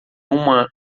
uma